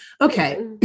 okay